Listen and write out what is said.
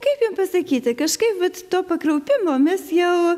kaip jum pasakyti kažkaip vat to pakraupimo mes jau